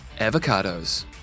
avocados